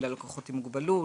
ללקוחות עם מגבלות,